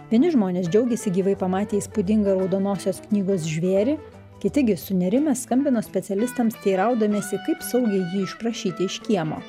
vieni žmonės džiaugiasi gyvai pamatę įspūdingą raudonosios knygos žvėrį kiti gi sunerimę skambino specialistams teiraudamiesi kaip saugiai jį išprašyti iš kiemo